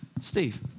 Steve